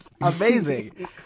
Amazing